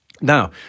Now